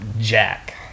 Jack